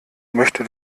möchte